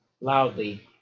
loudly